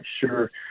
sure